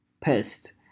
pissed